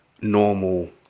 normal